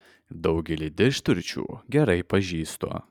daugelį didžturčių gerai pažįstu